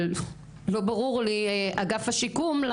משהו לגבי --- אבל לא ברור לי אגף השיקום,